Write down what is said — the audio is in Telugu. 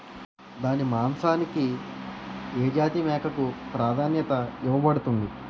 దాని మాంసానికి ఏ జాతి మేకకు ప్రాధాన్యత ఇవ్వబడుతుంది?